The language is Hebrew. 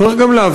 צריך גם להבין